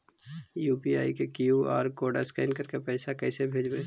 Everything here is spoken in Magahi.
यु.पी.आई के कियु.आर कोड स्कैन करके पैसा कैसे भेजबइ?